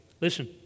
Listen